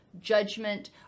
judgment